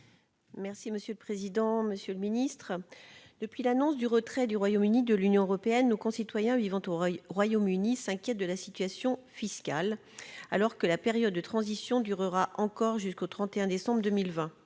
des affaires étrangères. Monsieur le ministre, depuis l'annonce du retrait du Royaume-Uni de l'Union européenne, nos concitoyens vivant au Royaume-Uni s'inquiètent de la situation fiscale, alors que la période de transition durera encore jusqu'au 31 décembre 2020.